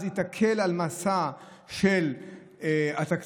שאז היא תקל את המשא של התקציב.